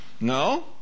No